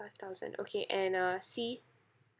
five thousand okay and uh C